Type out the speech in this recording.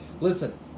Listen